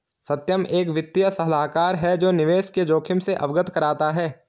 सत्यम एक वित्तीय सलाहकार है जो निवेश के जोखिम से अवगत कराता है